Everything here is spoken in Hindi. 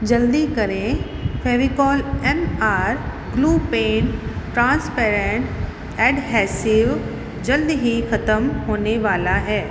जल्दी करें Fevicol M R glue pen transparent adhesive जल्द ही खत्म होने वाला है